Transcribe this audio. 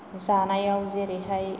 जानायाव जेरैहाय